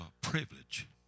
privilege